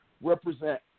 represent